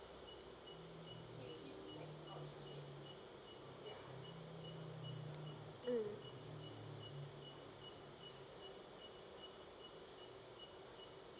mm